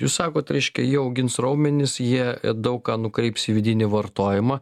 jūs sakot reiškia jie augins raumenis jie daug ką nukreips į vidinį vartojimą